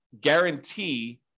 guarantee